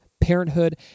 parenthood